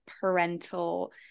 parental